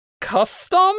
Custom